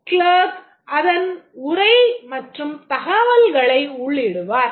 Clerk அதன் உரை மற்றும் தகவல்களை உள்ளிடுவார்